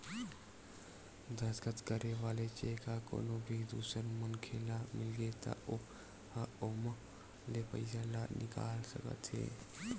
दस्कत करे वाला चेक ह कोनो भी दूसर मनखे ल मिलगे त ओ ह ओमा ले पइसा ल निकाल सकत हे